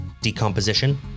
decomposition